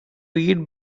eat